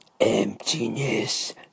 emptiness